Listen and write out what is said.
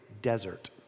desert